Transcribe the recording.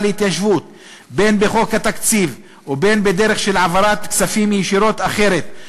להתיישבות בין בחוק התקציב ובין בדרך של העברות כספים ישירות אחרות.